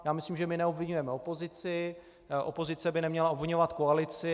Já myslím, že my neobviňujeme opozici, opozice by neměla obviňovat koalici.